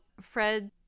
Fred